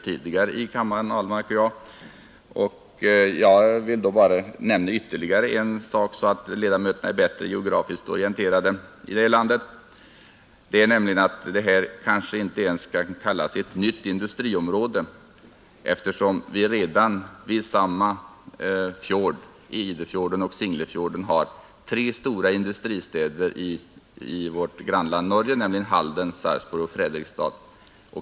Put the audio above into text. Herr Ahlmark och jag har tidigare diskuterat denna sak i kammaren. För att ledamöterna skall bli geografiskt orienterade vill jag nämna ytterligare en sak. Kanske vi inte ens kan kalla detta för ett nytt industriområde, eftersom vi redan vid samma fjordar, Idefjorden och Singlefjorden, har tre stora industristäder i värt grannland Norge, nämligen Halden, Sarpsborg och Fredrikstad.